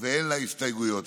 ואין לה הסתייגויות.